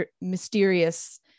mysterious